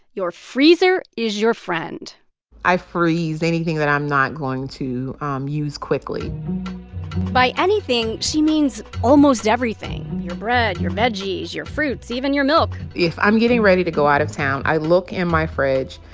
your freezer is your friend i freeze anything that i'm not going to um use quickly by anything, she means almost everything your bread, your veggies, your fruits, even your milk if i'm getting ready to go out of town, i look in my fridge,